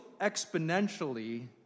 exponentially